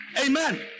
amen